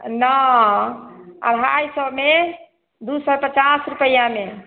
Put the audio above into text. नहि अढ़ाइ सए मे दू सए पचास रुपआमे